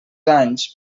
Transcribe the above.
anys